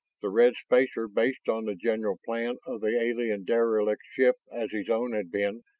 the red spacer, based on the general plan of the alien derelict ship as his own had been,